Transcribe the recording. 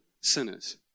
sinners